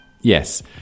Yes